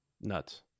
Nuts